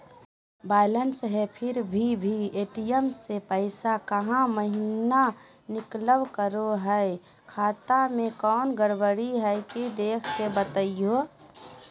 Balance है फिर भी भी ए.टी.एम से पैसा काहे महिना निकलब करो है, खाता में कोनो गड़बड़ी है की देख के बताहों?